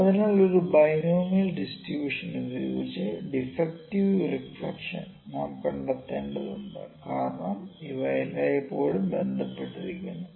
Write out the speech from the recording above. അതിനാൽ ഒരു binomial distribution ഉപയോഗിച്ച് ഡിഫെക്ടിവ് റിഫ്ലക്ഷൻ നാം കണ്ടെത്തേണ്ടതുണ്ട് കാരണം ഇവ എല്ലായ്പ്പോഴും ബന്ധപ്പെട്ടിരിക്കുന്നു